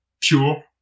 pure